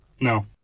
No